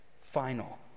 final